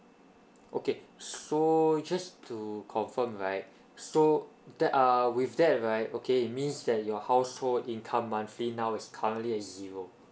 okay so just to confirm right so that are with that right okay it means that your household income monthly now is currently at zero